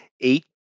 eight